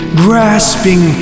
grasping